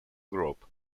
group